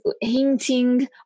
hinting